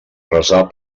resar